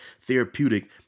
therapeutic